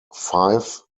five